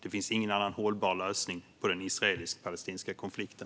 Det finns ingen annan hållbar lösning på den israelisk-palestinska konflikten.